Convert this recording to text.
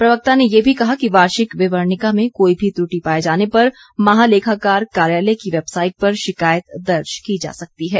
प्रवक्ता ने ये भी कहा कि वार्षिक विवरणिका में कोई भी त्रुटि पाए जाने पर महालेखाकार कार्यालय की वैबसाईट पर शिकायत दर्ज की जा सकती है